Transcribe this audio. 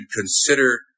consider